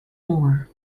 more